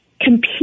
compete